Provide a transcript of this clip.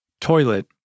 Toilet